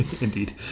Indeed